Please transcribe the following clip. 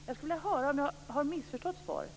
Jag skulle vilja veta om jag har missförstått svaret.